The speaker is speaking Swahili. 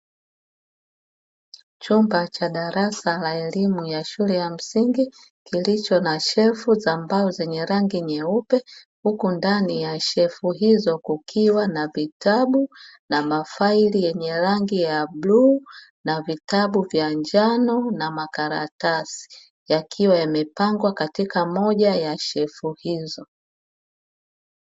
Chumba cha darasa la elimu ya shule ya msingi kilicho na shelfu za mbao zenye rangi nyeupe, huku ndani ya shelfu hizo kukiwa na vitabu na mafaili yenye rangi ya bluu na vitabu vya njano na makaratasi yakiwa yamepangwa katika moja ya shelfu hizo.